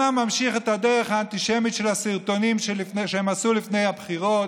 אומנם הוא ממשיך את הדרך האנטישמית של הסרטונים שהם עשו לפני הבחירות,